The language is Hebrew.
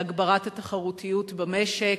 להגברת התחרותיות במשק.